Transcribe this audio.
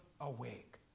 awake